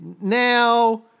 Now